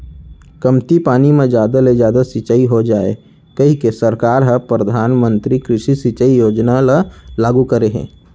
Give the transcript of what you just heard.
कमती पानी म जादा ले जादा सिंचई हो जाए कहिके सरकार ह परधानमंतरी कृषि सिंचई योजना ल लागू करे हे